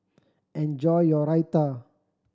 enjoy your Raita